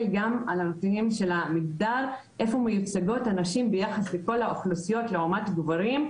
גם על נתוני המגדר איפה מיוצגות נשים ביחס לכלל האוכלוסיות לעומת גברים,